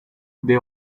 they